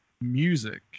music